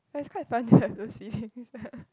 but it's quite funny right to see this